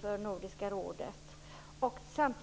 för nordiska frågor.